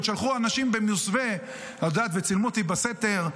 עוד שלחו אנשים במסווה וצילמו את זה בסתר,